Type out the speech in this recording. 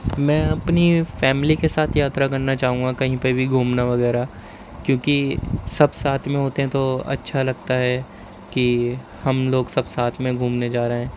میں اپنی فیملی کے ساتھ یاترا کرنا چاہوں گا کہیں پہ بھی گھومنا وغیرہ کیونکہ سب ساتھ میں ہوتے ہیں تو اچھا لگتا ہے کہ ہم لوگ سب ساتھ میں گھومنے جا رہے ہیں